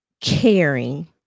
caring